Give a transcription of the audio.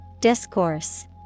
Discourse